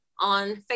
on